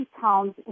pounds